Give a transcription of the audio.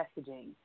messaging